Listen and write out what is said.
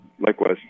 Likewise